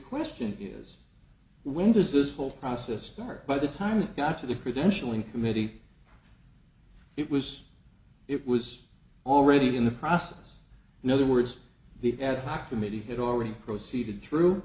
question is when does this whole process start by the time it got to the credentialing committee it was it was already in the process in other words the ad hoc committee had already proceeded through